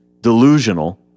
delusional